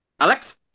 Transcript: Alex